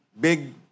big